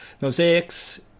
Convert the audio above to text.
Mosaics